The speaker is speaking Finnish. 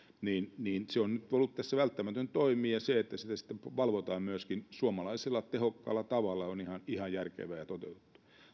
on nyt ollut tässä välttämätön toimi ja tämän vuoksi se että sitä sitten valvotaan myöskin suomalaisella tehokkaalla tavalla on ihan ihan järkevää ja toteutettu